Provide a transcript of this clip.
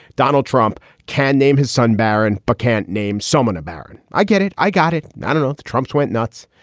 donald trump can name his son baron, but can't name summon a baron. i get it. i got it. i don't know. trump's went nuts.